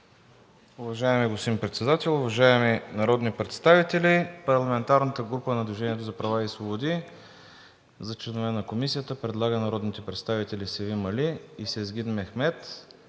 Уважаеми господин Председател, уважаеми народни представители! Парламентарната група на „Движение за права и свободи“ предлага за членове на Комисията народните представители Севим Али и Сезгин Мехмед,